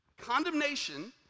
Condemnation